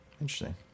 Interesting